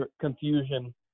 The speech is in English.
confusion